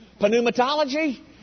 Pneumatology